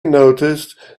noticed